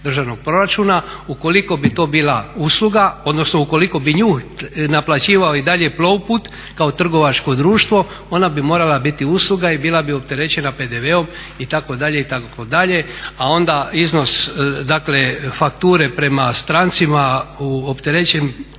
državnog proračuna. Ukoliko bi to bila usluga, odnosno ukoliko bi nju naplaćivao i dalje Plovput kao trgovačko društvo ona bi morala biti usluga i bila bi opterećena PDV-om itd. itd. A onda iznos, dakle fakture prema strancima opterećen